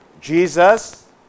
Jesus